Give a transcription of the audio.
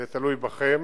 זה תלוי בכם.